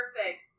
Perfect